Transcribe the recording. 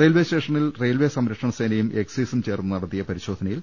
റെയിൽവെസ്റ്റേഷനിൽ railway സംരക്ഷണസേ നയും എക്സൈസും ചേർന്ന് നടത്തിയ പരിശോധന യിൽ